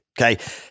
Okay